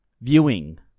viewing